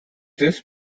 this